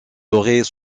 aurait